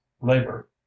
labor